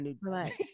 Relax